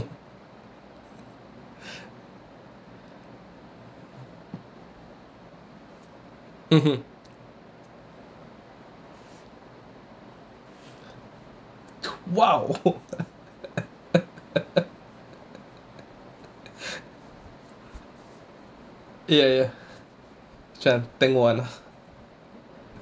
mmhmm !wow! ya ya ya chance thin [one] lah